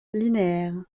linéaire